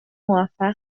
موفق